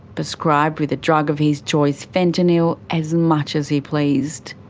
prescribed with the drug of his choice, fentanyl, as much as he pleased.